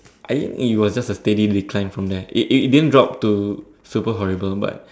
I think it was just a steady decline from there it it didn't drop to super horrible but